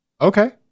Okay